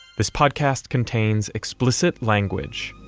this podcast contains explicit language